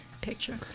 picture